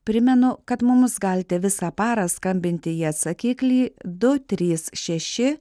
primenu kad mums galite visą parą skambinti į atsakiklį du trys šeši